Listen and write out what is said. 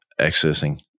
accessing